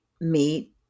meat